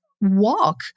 walk